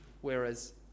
Whereas